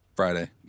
friday